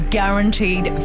guaranteed